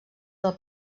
del